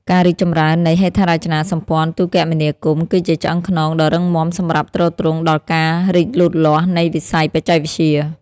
ការរីកចម្រើននៃហេដ្ឋារចនាសម្ព័ន្ធទូរគមនាគមន៍គឺជាឆ្អឹងខ្នងដ៏រឹងមាំសម្រាប់ទ្រទ្រង់ដល់ការរីកលូតលាស់នៃវិស័យបច្ចេកវិទ្យា។